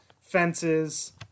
fences